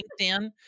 LinkedIn